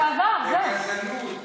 זה עבר, זהו.